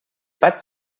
pattes